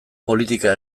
politika